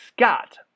Scott